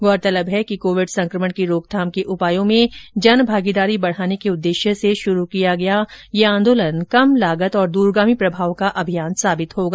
गौररतलब है कि कोविड संकमण की रोकथाम के उपायों में जन भागीदारी बढ़ाने के उद्देश्य से शुरू किया गया यह जन आंदोलन कम लागत और दूरगामी प्रभाव का अभियान साबित होगा